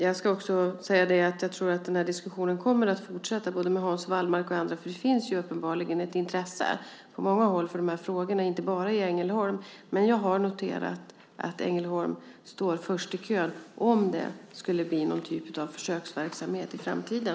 Jag tror att diskussionen kommer att fortsätta, med Hans Wallmark och andra, för det finns uppenbarligen ett intresse på många håll för de här frågorna, inte bara i Ängelholm. Men jag har noterat att Ängelholm står först i kön om det skulle bli någon typ av försöksverksamhet i framtiden.